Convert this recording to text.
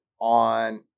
on